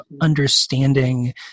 understanding